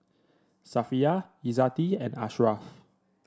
Safiya Izzati and Ashraf